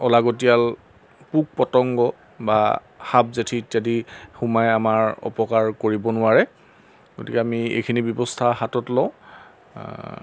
অলাগতিয়াল পোক পতংগ বা সাপ জেঠী ইত্যাদি সোমাই আমাৰ অপকাৰ কৰিব নোৱাৰে গতিকে আমি এইখিনি ব্যৱস্থা হাতত লওঁ